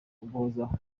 uguhozaho